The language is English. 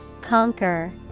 Conquer